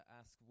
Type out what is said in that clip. ask